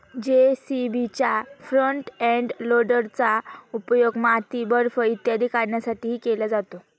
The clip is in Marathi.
जे.सी.बीच्या फ्रंट एंड लोडरचा उपयोग माती, बर्फ इत्यादी काढण्यासाठीही केला जातो